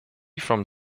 from